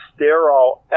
sterol